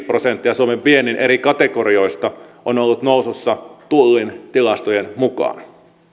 prosenttia suomen viennin eri kategorioista on ollut nousussa tullin tilastojen mukaan